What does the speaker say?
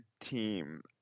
team